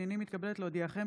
הינני מתכבדת להודיעכם,